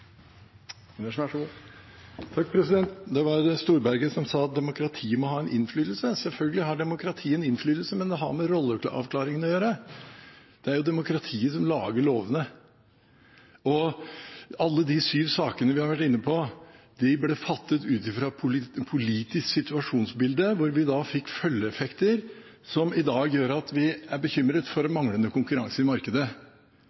med rolleavklaringen å gjøre. Det er jo demokratiet som lager lovene. Alle de syv sakene vi har vært inne på, ble fattet ut fra et politisk situasjonsbilde, hvor vi fikk følgeeffekter som i dag gjør at vi er bekymret for